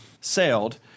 sailed